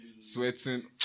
sweating